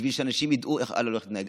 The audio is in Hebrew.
בשביל שאנשים ידעו איך עליהם להתנהג.